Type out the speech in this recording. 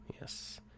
yes